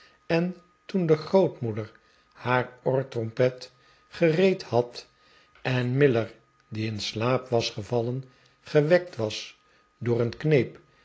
en toen de grootmoeder haar oortrompet gereed had en miller die in slaap was gevallen gewekt was door een kneep